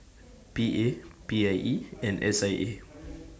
P A P I E and S I A